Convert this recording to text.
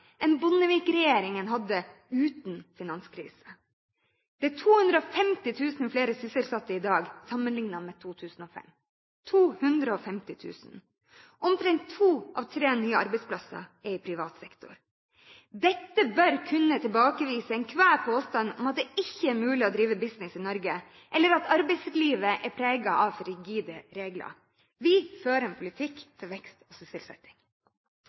hadde uten finanskrise. Det er 250 000 flere sysselsatte i dag sammenliknet med 2005. Omtrent to av tre nye arbeidsplasser er i privat sektor. Dette bør kunne tilbakevise enhver påstand om at det ikke er mulig å drive business i Norge, eller at arbeidslivet er preget av rigide regler. Vi fører en politikk for vekst og sysselsetting.